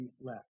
left